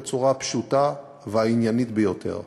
בצורה פשוטה ועניינית ביותר.